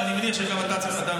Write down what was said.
צריך לעשות בחירות והציבור יחליט.